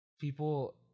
people